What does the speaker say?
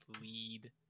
lead